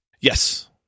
Yes